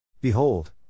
Behold